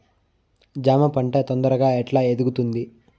జామ పంట తొందరగా ఎట్లా ఎదుగుతుంది?